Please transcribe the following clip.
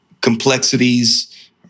complexities